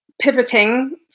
pivoting